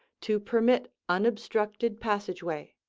to permit unobstructed passageway.